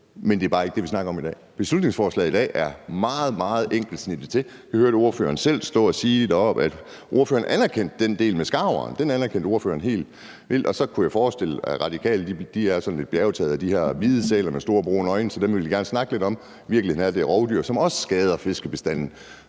Men det er bare ikke det, vi snakker om i dag. Beslutningsforslaget i dag er meget, meget enkelt skåret til. Vi hørte ordføreren selv stå og sige på talerstolen, at ordføreren helt anerkendte den del med skarven. Så kunne jeg forestille mig, at De Radikale er sådan lidt bjergtaget af de her hvide sæler med store brune øjne, så dem vil de gerne snakke lidt om. Virkeligheden er, at de er rovdyr, som også skader fiskebestanden.